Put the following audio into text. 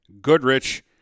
Goodrich